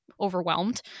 overwhelmed